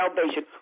salvation